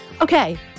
Okay